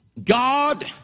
God